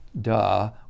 duh